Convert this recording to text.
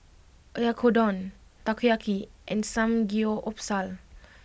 Oyakodon Takoyaki and Samgyeopsal